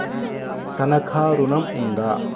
తనఖా ఋణం ఉందా?